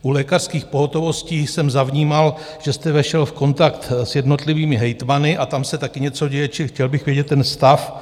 U lékařských pohotovostí jsem zavnímal, že jste vešel v kontakt s jednotlivými hejtmany a tam se také něco děje, čili chtěl bych vědět ten stav.